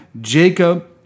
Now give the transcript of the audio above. Jacob